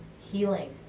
Healing